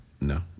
No